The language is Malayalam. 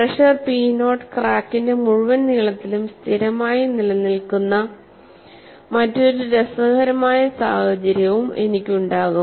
പ്രെഷർ പി നോട്ട് ക്രാക്കിന്റെ മുഴുവൻ നീളത്തിലും സ്ഥിരമായി നിലനിൽക്കുന്ന മറ്റൊരു രസകരമായ സാഹചര്യവും എനിക്കുണ്ടാകും